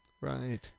Right